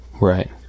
right